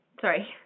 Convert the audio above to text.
Sorry